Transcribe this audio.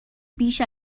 بیش